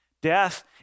Death